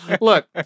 look